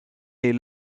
est